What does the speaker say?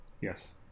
Yes